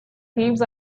thieves